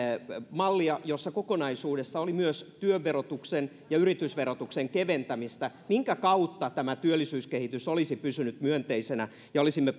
mallia jossa kokonaisuudessa oli myös työn verotuksen ja yritysverotuksen keventämistä minkä kautta tämä työllisyyskehitys olisi pysynyt myönteisenä ja olisimme